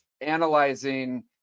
analyzing